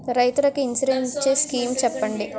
రైతులు కి ఇన్సురెన్స్ ఇచ్చే స్కీమ్స్ చెప్పండి?